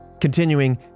Continuing